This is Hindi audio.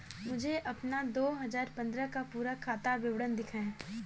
मुझे अपना दो हजार पन्द्रह का पूरा खाता विवरण दिखाएँ?